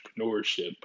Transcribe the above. entrepreneurship